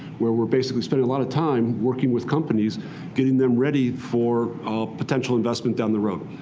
where we're basically spending a lot of time working with companies getting them ready for potential investment down the road.